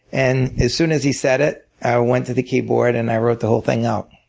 and as soon as he said it, i went to the keyboard and i wrote the whole thing up.